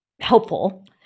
helpful